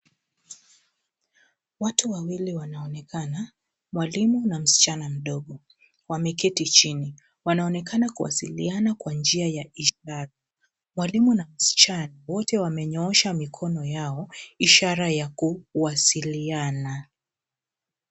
Watu wawili wanaonekana mwalimu na msichana mdogo, wameketi chini. wanaonekana kuwasiliana kwa njia ya ishara. Mwalimu na msichana wote wamenyoosha mikono yao, ishara ya kuwasiliana.